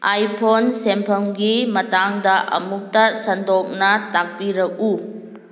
iPhone ꯁꯦꯝꯐꯝꯒꯤ ꯃꯇꯥꯡꯗ ꯑꯃꯨꯛꯇ ꯁꯟꯗꯣꯛꯅ ꯇꯥꯛꯄꯤꯔꯛꯎ